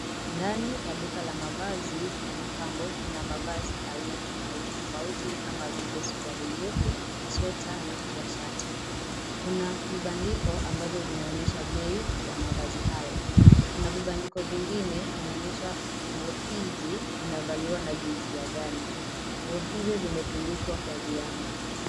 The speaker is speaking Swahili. Ndani ya duka la mavazi na mapambo mna mavazi aina tofauti tofauti kama vile suruali ndefu, sweta na pia shati, kuna vibandiko ambavyo vinaonyesha bei ya mavazi haya, kuna vibandiko vingine vinaonyesha, nguo hizi zinavaliwa na jinsia gani, nguo hizi zimetundikwa kwa viango.